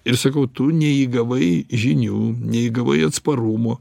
ir sakau tu neįgavai žinių neįgavai atsparumo